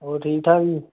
ਹੋਰ ਠੀਕ ਠਾਕ ਜੀ